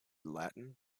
latin